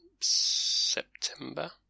September